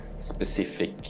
specific